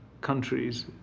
countries